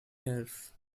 hairs